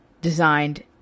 designed